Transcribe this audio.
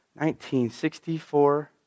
1964